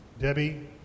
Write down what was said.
Debbie